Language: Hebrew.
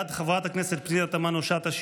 בעד חברת הכנסת פנינה תמנו שטה,